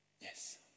Yes